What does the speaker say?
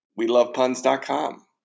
WeLovePuns.com